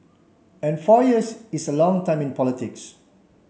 and four years is a long time in politics